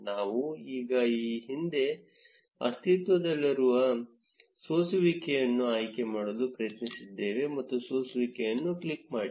ನಾವು ಈಗ ಹಿಂದೆ ಅಸ್ತಿತ್ವದಲ್ಲಿರುವ ಸೋಸುವಿಕೆಯನ್ನು ಆಯ್ಕೆ ಮಾಡಲು ಪ್ರಯತ್ನಿಸಿದ್ದೇವೆ ಮತ್ತು ಸೋಸುವಿಕೆಯನ್ನು ಕ್ಲಿಕ್ ಮಾಡಿ